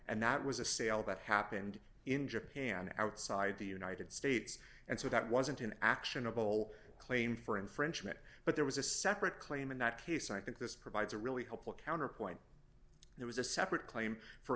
and that was a sale that happened in japan outside the united states and so that wasn't an actionable d claim for infringement but there was a separate claim in that case i think this provides a really helpful counterpoint it was a separate claim for